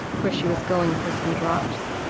where she was going for some drops.